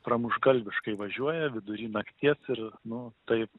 pramuštgalviškai važiuoja vidury nakties ir nu taip